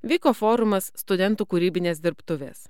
vyko forumas studentų kūrybinės dirbtuvės